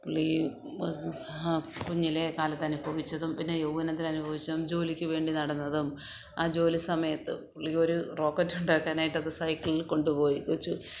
പുള്ളി കുഞ്ഞിലേ കാലത്ത് അനുഭവിച്ചതും പിന്നെ യൗവനത്തിൽ അനുഭവിച്ചതും ജോലിക്ക് വേണ്ടി നടന്നതും അ ജോലി സമയത്ത് പുള്ളിക്കൊരു റോക്കറ്റ് ഉണ്ടാക്കാനായിട്ട് അത് സൈക്കിളിൽ കൊണ്ടു പോയി വച്ചു